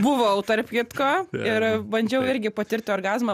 buvau tarp kitko ir bandžiau irgi patirti orgazmą